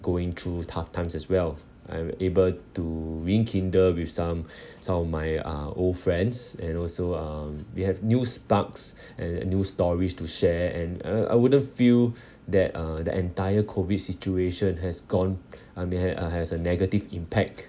going through tough times as well I'm able to rekindle with some some of my uh old friends and also um we have news sparks and and new stories to share and uh I wouldn't feel that uh the entire COVID situation has gone I mean had uh has a negative impact